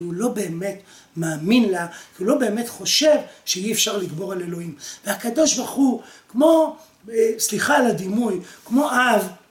הוא לא באמת מאמין לה, כי הוא לא באמת חושב שאי אפשר לגבור על אלוהים והקדוש ברוך הוא כמו, סליחה על הדימוי, כמו אב